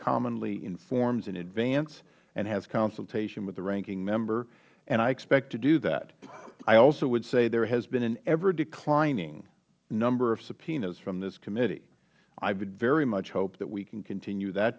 commonly informs in advance and has consultation with the ranking member and i expect to do that i also would say there has been an everdeclining number of subpoenas from this committee i would very much hope that we can continue that